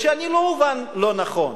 ושאני לא אובן לא נכון,